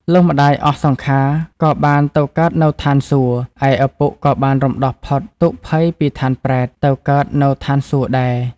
លុះម្តាយអស់សង្ខារក៏បានទៅកើតនៅឋានសួគ៌ ឯឪពុកក៏បានរំដោះផុត ទុក្ខភ័យពីឋានប្រេត ទៅកើតនៅឋានសួគ៌ដែរ ។